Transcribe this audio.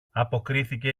αποκρίθηκε